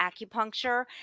acupuncture